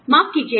माफ़ कीजिएगा